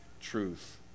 truth